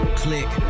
click